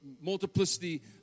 multiplicity